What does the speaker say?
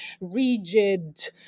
rigid